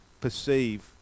perceive